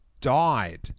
died